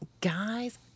guys